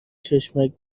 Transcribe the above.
چشمک